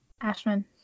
Ashman